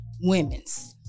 women's